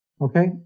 Okay